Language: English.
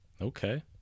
Okay